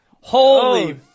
Holy